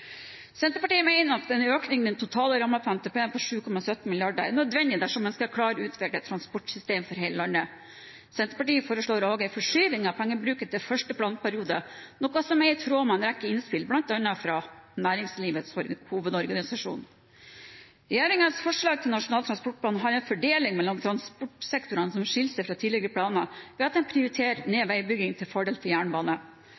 Senterpartiet mener en økning i den totale planrammen for NTP på 7,17 mrd. kr er nødvendig dersom en skal klare å utvikle et transportsystem for hele landet. Senterpartiet foreslår også en forskyvning av pengebruken til første planperiode, noe som er i tråd med en rekke innspill, bl.a. fra Næringslivets Hovedorganisasjon. Regjeringens forslag til Nasjonal transportplan har en fordeling mellom transportsektorene som skiller seg fra tidligere planer ved at en prioriterer